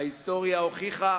ההיסטוריה הוכיחה